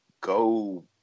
go